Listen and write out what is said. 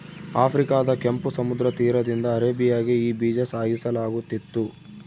ಆಫ್ರಿಕಾದ ಕೆಂಪು ಸಮುದ್ರ ತೀರದಿಂದ ಅರೇಬಿಯಾಗೆ ಈ ಬೀಜ ಸಾಗಿಸಲಾಗುತ್ತಿತ್ತು